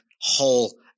whole